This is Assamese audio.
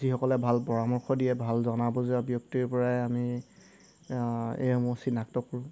যিসকলে ভাল পৰামৰ্শ দিয়ে ভাল জনা বুজা ব্যক্তিৰপৰাই আমি এইসমূহ চিনাক্ত কৰোঁ